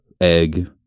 egg